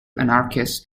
anarchists